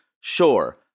Sure